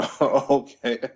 Okay